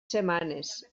setmanes